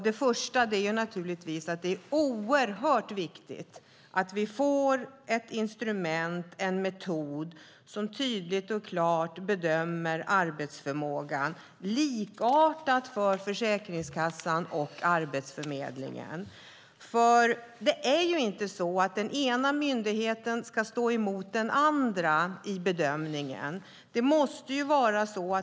Det första är naturligtvis att det är oerhört viktigt att vi får ett instrument, en metod, för att tydligt och klart bedöma arbetsförmågan likartat inom Försäkringskassan och Arbetsförmedlingen. Den ena myndigheten ska inte stå emot den andra i bedömningen.